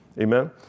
Amen